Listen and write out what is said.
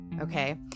okay